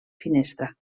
finestra